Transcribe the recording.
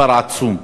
מספר עצום.